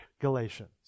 Galatians